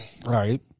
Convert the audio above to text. Right